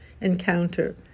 encounter